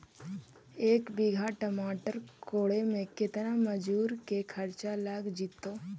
एक बिघा टमाटर कोड़े मे केतना मजुर के खर्चा लग जितै?